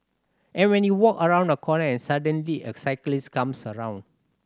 and when you walk around a corner and suddenly a cyclist comes around